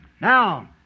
Now